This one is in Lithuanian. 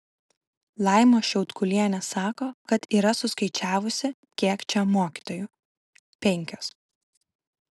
laima šiaudkulienė sako kad yra suskaičiavusi kiek čia mokytojų penkios